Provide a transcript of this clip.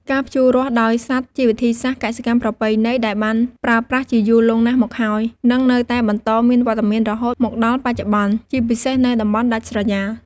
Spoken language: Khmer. ការភ្ជូររាស់ដោយសត្វជាវិធីសាស្រ្តកសិកម្មប្រពៃណីដែលបានប្រើប្រាស់ជាយូរលង់ណាស់មកហើយ និងនៅតែបន្តមានវត្តមានរហូតមកដល់បច្ចុប្បន្ន ជាពិសេសនៅតំបន់ដាច់ស្រយាល។